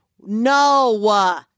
No